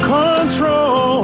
control